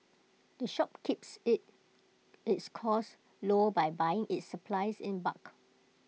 the shop keeps IT its costs low by buying its supplies in bulk